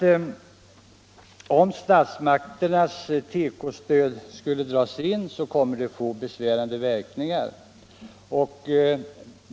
Om statsmakternas stöd till teko-industrin drogs in, så skulle detta få besvärande verkningar.